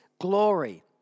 glory